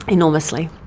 enormously.